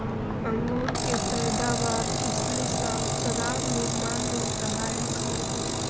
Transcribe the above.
अंगूर के पैदावार किसमिस आउ शराब निर्माण में सहायक हइ